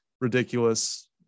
ridiculous